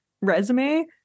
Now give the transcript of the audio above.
resume